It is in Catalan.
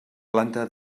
planta